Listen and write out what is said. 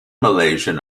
malaysian